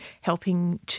helping